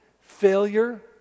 failure